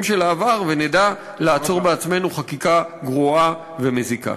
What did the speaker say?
של העבר ונדע לעצור בעצמנו חקיקה גרועה ומזיקה.